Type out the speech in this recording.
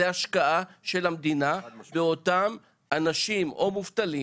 זה השקעה של המדינה באותם אנשים או מובטלים,